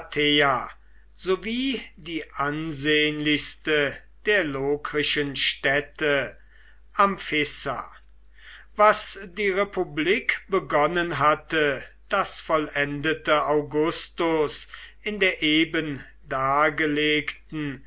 sowie die ansehnlichste der lokrischen städte amphissa was die republik begonnen hatte das vollendete augustus in der eben dargelegten